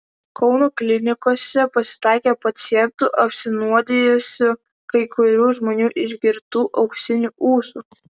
kauno klinikose pasitaikė pacientų apsinuodijusių kai kurių žmonių išgirtu auksiniu ūsu